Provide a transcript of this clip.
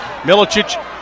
Milicic